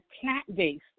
plant-based